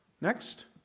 Next